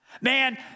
Man